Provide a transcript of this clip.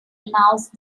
announced